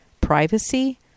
privacy